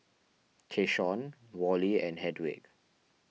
Keshaun Worley and Hedwig